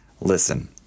listen